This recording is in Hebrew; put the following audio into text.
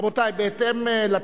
הוא יגרום נזק חמור יותר